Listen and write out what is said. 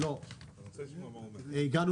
הגענו